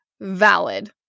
valid